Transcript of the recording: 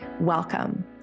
Welcome